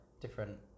different